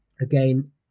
again